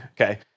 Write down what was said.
okay